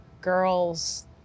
girls